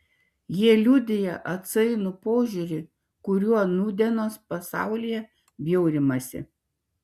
jie liudija atsainų požiūrį kuriuo nūdienos pasaulyje bjaurimasi